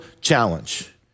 challenge